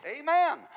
amen